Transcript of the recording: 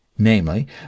namely